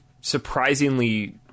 surprisingly